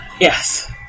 Yes